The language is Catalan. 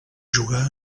jugar